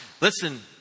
Listen